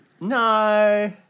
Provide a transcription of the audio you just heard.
No